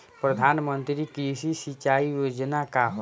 प्रधानमंत्री कृषि सिंचाई योजना का ह?